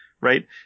right